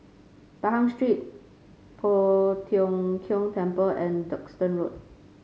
Pahang Street Poh Tiong Kiong Temple and Duxton Road